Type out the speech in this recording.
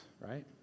Right